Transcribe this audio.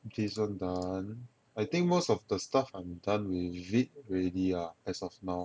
okay so I'm done I think most of the stuff I'm done with it already ah as of now